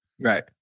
Right